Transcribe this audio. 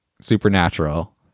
supernatural